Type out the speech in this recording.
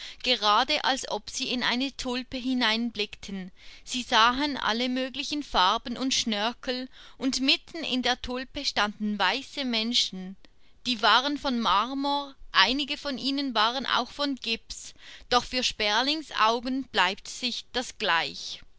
gerade als ob sie in eine tulpe hineinblickten sie sahen alle möglichen farben und schnörkel und mitten in der tulpe standen weiße menschen die waren von marmor einige von ihnen waren auch von gips doch für sperlingsaugen bleibt sich das gleich